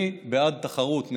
אני בעד תחרות,